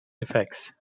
effects